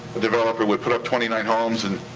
a developer would put up twenty nine homes and.